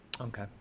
Okay